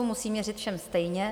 Musím měřit všem stejně.